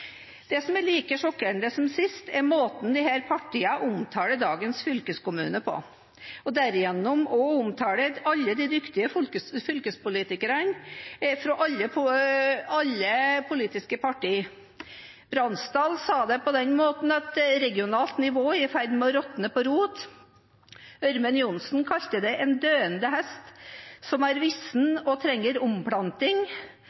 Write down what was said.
Det som er like sjokkerende som sist, er måten disse partiene omtaler dagens fylkeskommuner på, og derigjennom også omtaler alle de dyktige fylkespolitikerne fra alle politiske partier. Bransdal sa det på den måten at regionalt nivå er i ferd med å råtne på rot. Ørmen Johnsen kalte det en døende hest, som er